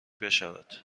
بشود